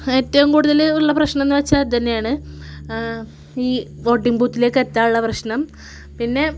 ഏറ്റവും കൂടുതലുള്ള പ്രശ്നം എന്ന് വച്ചാൽ ഇത് തന്നെയാണ് ഈ വോട്ടിങ് ബൂത്തിലേക്ക് എത്താനുള്ള പ്രശ്നം പിന്നെ